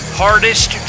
hardest